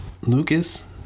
Lucas